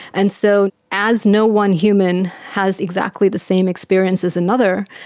and so as no one human has exactly the same experience as another,